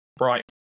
Right